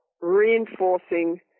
reinforcing